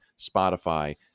Spotify